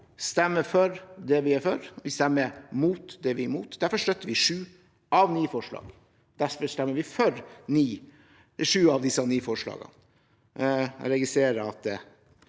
stemmer for det vi er for, og vi stemmer mot det vi er mot. Derfor støtter vi sju av ni forslag, og derfor stemmer vi for sju av disse ni forslagene. Jeg registrerer at det